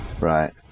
Right